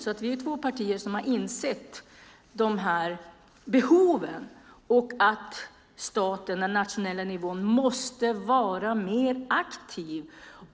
Vi är alltså två partier som har insett att dessa behov finns och att staten, den nationella nivån, måste vara mer aktiv.